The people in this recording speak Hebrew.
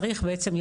צריך בעצם,